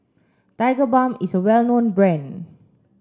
Tigerbalm is a well known brand